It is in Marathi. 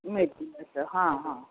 मिळ मिळतं हां हां